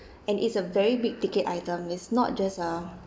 and it's a very big ticket item it's not just uh